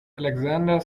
alexander